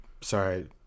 sorry